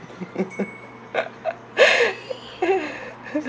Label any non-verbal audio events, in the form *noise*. *laughs*